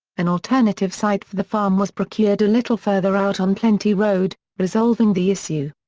an alternative site for the farm was procured a little further out on plenty road, resolving the issue.